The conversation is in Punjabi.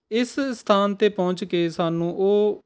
ਇਸ ਸਥਾਨ 'ਤੇ ਪਹੁੰਚ ਕੇ ਸਾਨੂੰ ਉਹ